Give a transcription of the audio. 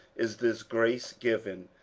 is this grace given,